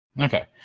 Okay